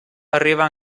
arriva